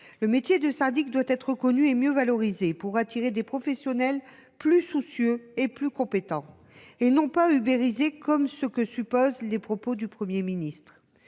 Le métier de syndic doit être reconnu et mieux valorisé, pour attirer des professionnels plus soucieux et plus compétents. Il ne doit pas être ubérisé, comme le laissent entendre les propos du Premier ministre.